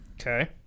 Okay